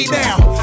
now